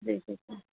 जी जी जी